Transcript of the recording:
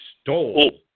stole